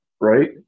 right